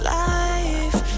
life